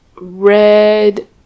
red